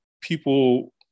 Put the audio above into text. people